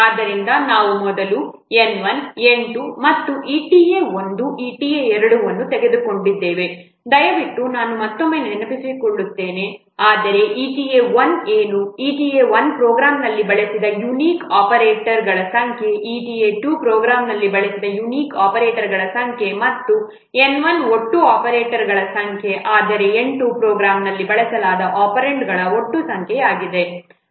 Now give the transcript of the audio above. ಆದ್ದರಿಂದ ನಾವು ಮೊದಲು N 1 N 2 ಮತ್ತು eta 1 eta 2 ಅನ್ನು ತೆಗೆದುಕೊಂಡಿದ್ದೇವೆ ದಯವಿಟ್ಟು ನಾನು ಮತ್ತೊಮ್ಮೆ ನೆನಪಿಸಿಕೊಳ್ಳುತ್ತೇನೆ ಆದರೆ eta 1 ಏನು eta 1 ಪ್ರೋಗ್ರಾಂನಲ್ಲಿ ಬಳಸಿದ ಯುನಿಕ್ ಆಪರೇಟರ್ಗಳ ಸಂಖ್ಯೆ eta 2 ಪ್ರೋಗ್ರಾಂನಲ್ಲಿ ಬಳಸಿದ ಯುನಿಕ್ ಆಪರೇಟರ್ಗಳ ಸಂಖ್ಯೆ ಮತ್ತು N1 ಒಟ್ಟು ಆಪರೇಟರ್ಗಳ ಸಂಖ್ಯೆ ಆದರೆ N 2 ಪ್ರೋಗ್ರಾಂನಲ್ಲಿ ಬಳಸಲಾದ ಒಪೆರಾಂಡ್ಗಳ ಒಟ್ಟು ಸಂಖ್ಯೆ ಆಗಿದೆ